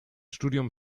studium